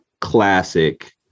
classic